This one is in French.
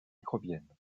microbienne